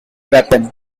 weapon